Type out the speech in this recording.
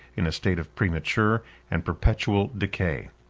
in a state of premature and perpetual decay.